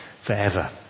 forever